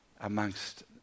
amongst